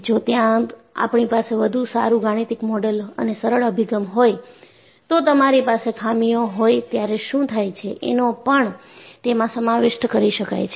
જો ત્યાં આપણી પાસે વધુ સારું ગાણિતિક મોડેલ અને સરળ અભિગમ હોય તો તમારી પાસે ખામી હોય ત્યારે શું થાય છે એનો પણ તેમાં સમાવિષ્ટ કરી શકાય છે